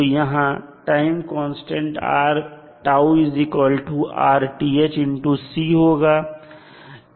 तो यहां time constant τ होगा